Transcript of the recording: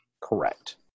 Correct